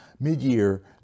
Mid-year